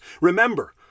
Remember